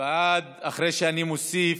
להעביר לוועדת העבודה,